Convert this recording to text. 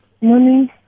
Morning